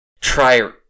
try